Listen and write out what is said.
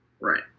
Right